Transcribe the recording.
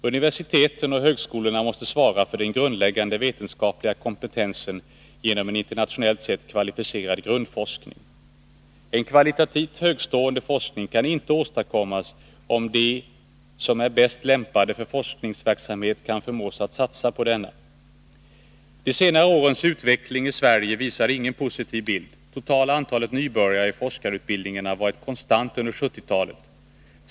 Universiteten och högskolorna måste svara för den grundläggande vetenskapliga kompetensen genom en internationellt sett kvalificerad grundforskning. En kvalitativt högtstående forskning kan inte åstadkommas, om inte de som är bäst lämpade för forskningsverksamhet kan förmås att satsa på denna. De senare årens utveckling i Sverige visar ingen positiv bild. Totala antalet nybörjare i forskarutbildningen har varit konstant under 1970-talet.